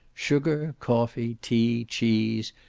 sugar, coffee, tea, cheese,